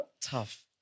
Tough